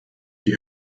die